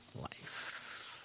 life